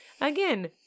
Again